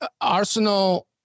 Arsenal